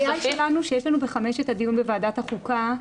הבעיה שלנו שיש לנו ב-17:00 את הדיון בוועדת החוקה.